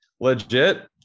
legit